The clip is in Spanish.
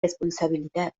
responsabilidad